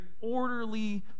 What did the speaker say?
orderly